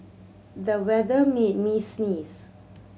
the weather made me sneeze